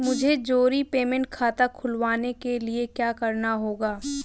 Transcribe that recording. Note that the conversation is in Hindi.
मुझे जीरो पेमेंट खाता खुलवाने के लिए क्या करना होगा?